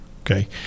okay